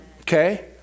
Okay